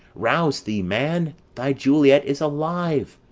rouse thee, man! thy juliet is alive,